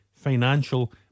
financial